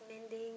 mending